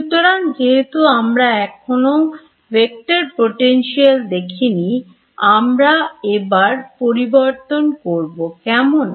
সুতরাং যেহেতু আমরা এখনো ভেক্টর পোটেনশিয়াল দেখিনি আমরা এবার প্রবর্তন করবো কেমন